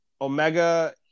Omega